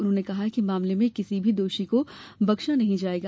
उन्होंने कहा कि मामले में किसी भी दोषी को बख्शा नहीं जाएगा